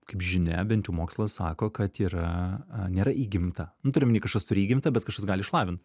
kaip žinia bent jau mokslas sako kad yra nėra įgimta nu turiu omeny kažkas turi įgimtą bet kažkas gali išlavint